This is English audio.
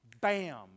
bam